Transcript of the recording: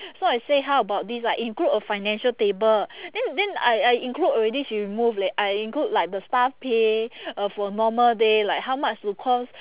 so I say how about this I include a financial table then then I I include already she remove leh I include like the staff pay uh for normal day like how much would cost